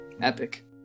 Epic